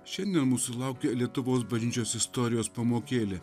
šiandien mūsų laukia lietuvos bažnyčios istorijos pamokėlė